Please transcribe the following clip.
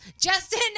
Justin